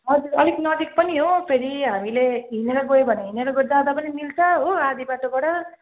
हजुर अलिक नजिक पनि हो फेरि हामीले हिँडेर गयो भने हिँडेर जाँदा पनि मिल्छ हो आधी बाटोबाट